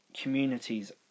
communities